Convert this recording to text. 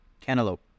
cantaloupe